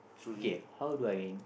okay how do I